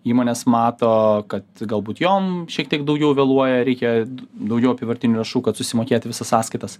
įmonės mato kad galbūt jom šiek tiek daugiau vėluoja reikia daugiau apyvartinių lėšų kad susimokėt visas sąskaitas